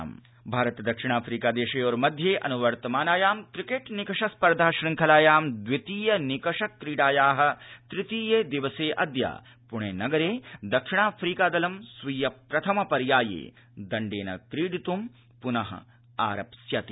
cricket Bharat दक्षिणाफ्रीका देशयोर्मध्ये अनुवर्तमानायां क्रिकेट् निकष स्पर्धा शृङ्खलायां द्वितीय निकष क्रीडायाः तृतीये दिवसेऽद्य पुणे नगरे दक्षिणाफ्रीकादल स्वीय प्रथमपर्याये दण्डेन क्रीडितुं पुनरारप्स्यते